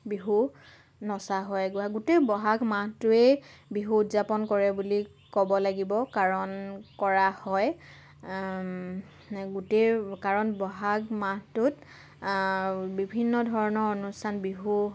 বিহু নচা হয় গোটেই বহাগ মাহটোৱেই বিহু উদযাপন কৰে বুলি ক'ব লাগিব কাৰণ কৰা হয় গোটেই কাৰণ বহাগ মাহটোত বিভিন্ন ধৰণৰ অনুষ্ঠান বিহু